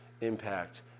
impact